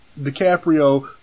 DiCaprio